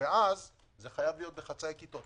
ואז זה חייב להיות בחצאי כיתות.